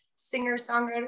singer-songwriter